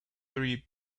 three